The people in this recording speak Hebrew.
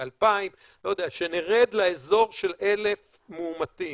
2,000. כשנרד לאזור של 1,000 מאומתים,